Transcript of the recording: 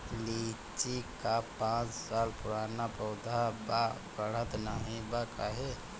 लीची क पांच साल पुराना पौधा बा बढ़त नाहीं बा काहे?